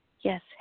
Yes